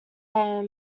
are